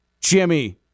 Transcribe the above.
Jimmy